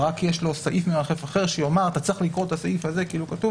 ורק יש לו סעיף מרחף אחר שיאמר שצריך לקרוא את הסעיף הזה כאילו כתוב